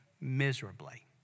miserably